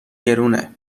گرونه